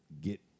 get